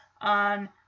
on